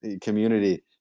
community